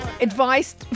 advice